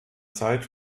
zeit